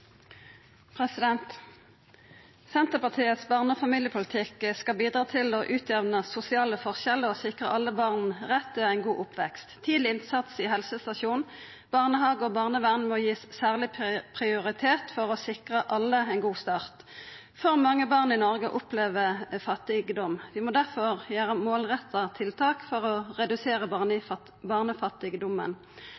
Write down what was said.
omme. Senterpartiets barne- og familiepolitikk skal bidra til å utjamna sosiale forskjellar og sikra alle barn rett til ein god oppvekst. Tidleg innsats i helsestasjon, barnehage og barnevern må givast særleg prioritet for å sikra alle ein god start. For mange barn i Noreg opplever fattigdom. Vi må difor gjera målretta tiltak for å